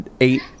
eight